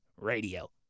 Radio